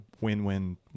win-win